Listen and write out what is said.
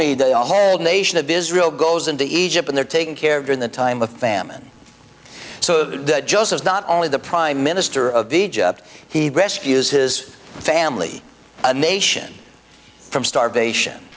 be the whole nation of israel goes into egypt in their taking care during the time of famine so just as not only the prime minister of egypt he rescues his family a nation from starvation